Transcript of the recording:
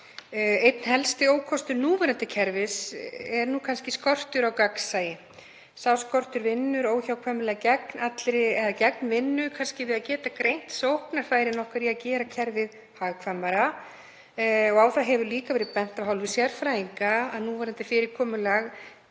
Einn helsti ókostur núverandi kerfis er kannski skortur á gagnsæi. Sá skortur vinnur óhjákvæmilega gegn vinnu við að geta greint sóknarfærin okkar í að gera kerfið hagkvæmara. Á það hefur líka verið bent af hálfu sérfræðinga að núverandi fyrirkomulag